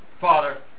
Father